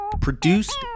Produced